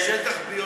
שטח A,